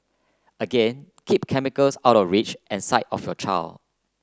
again keep chemicals out of reach and sight of your child